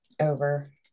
over